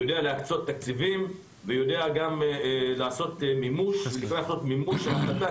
יודע להקצות תקציבים ויודע לעשות מימוש להחלטה,